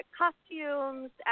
costumes